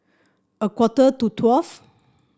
a quarter to twelve